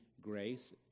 grace